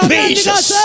Jesus